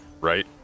right